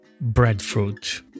Breadfruit